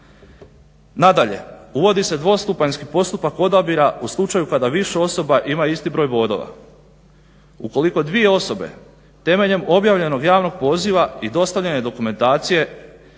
Nadalje, uvodi se dvostupanjski postupak odabira u slučaju kada više osoba ima isti broj bodova. Ukoliko dvije osobe temeljem objavljenog javnog poziva i dostavljene dokumentacije